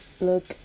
look